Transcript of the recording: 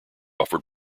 offered